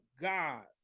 God